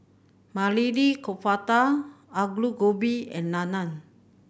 Maili Kofta Alu Gobi and Naan